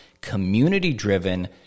community-driven